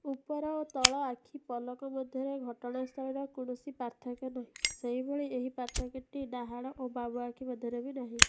ଉପର ଓ ତଳ ଆଖି ପଲକ ମଧ୍ୟରେ ଘଟଣାସ୍ଥଳୀର କୌଣସି ପାର୍ଥକ୍ୟ ନାହିଁ ସେହିଭଳି ଏହି ପାର୍ଥକ୍ୟଟି ଡାହାଣ ଓ ବାମ ଆଖି ମଧ୍ୟରେ ବି ନାହିଁ